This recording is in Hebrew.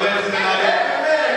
סליחה.